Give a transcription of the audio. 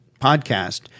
podcast